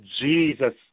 Jesus